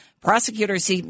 Prosecutors